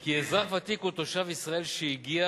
כי אזרח ותיק הוא תושב ישראל שהגיע,